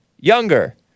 younger